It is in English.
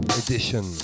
edition